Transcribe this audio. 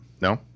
No